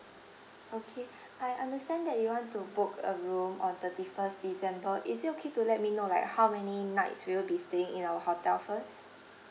okay I understand that you want to book a room on thirty first december is it okay to let me know like how many nights will you be staying in our hotel first